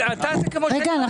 בסדר.